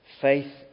faith